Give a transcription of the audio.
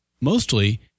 mostly